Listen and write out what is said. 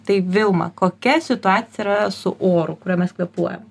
tai vilma kokia situacija yra su oru kuriuo mes kvėpuojam